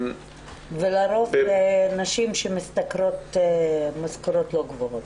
--- ולרוב אלה נשים שמשתכרות משכורות לא גבוהות.